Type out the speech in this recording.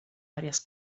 varias